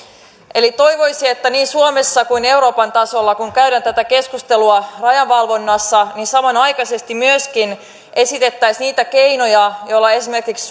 ovat toivoisin että niin suomessa kuin euroopan tasolla kun käydään tätä keskustelua rajavalvonnasta samanaikaisesti myöskin esitettäisiin niitä keinoja joilla esimerkiksi